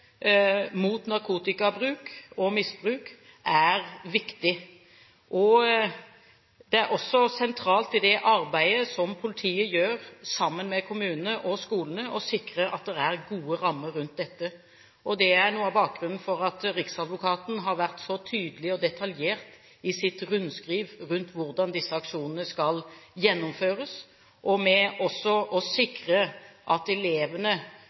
mot narkotikabruk og -misbruk er viktig. Det er også sentralt i det arbeidet som politiet gjør sammen med kommunene og skolene, å sikre at det er gode rammer rundt dette. Det er noe av bakgrunnen for at Riksadvokaten har vært så tydelig og detaljert i sine retningslinjer om hvordan disse aksjonene skal gjennomføres. Å sikre at elevene vet hva som skal foregå, og at de også